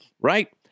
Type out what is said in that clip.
Right